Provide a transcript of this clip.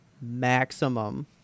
maximum